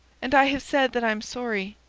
and i have said that i am sorry.